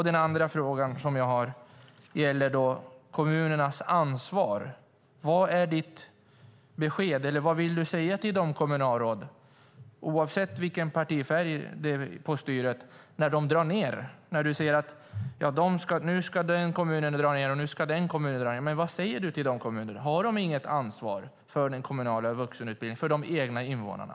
Den andra frågan gäller kommunernas ansvar. Vad vill du säga till kommunalråden, oavsett partifärg på styret, när de drar ned? Du ser att den och den kommunen ska göra neddragningar. Vad säger du till de kommunalråden? Har de inget ansvar för den kommunala vuxenutbildningen för de egna invånarna?